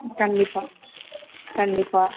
கண்டிப்பாக கண்டிப்பாக